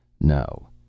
No